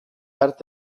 arte